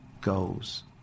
goes